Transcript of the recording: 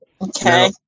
Okay